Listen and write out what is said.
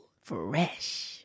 Fresh